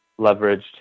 leveraged